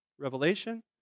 Revelation